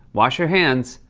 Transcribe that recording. wash your hands.